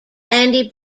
andy